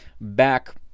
back